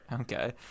okay